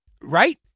Right